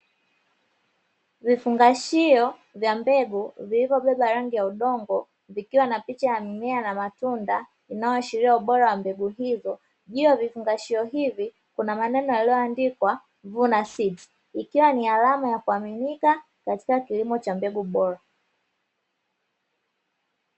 Vifungashio vya mbegu vilivyobeba rangi ya udongo, vikiwa na picha ya mmea na matunda inayoshiria ubora wa mbegu hizo. Juu ya vifungashio hivi kuna maneno yaliyoandikwa "Vuna Seeds", ikiwa ni alama ya kuaminika katika kilimo cha mbegu bora.